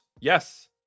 Yes